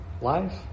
life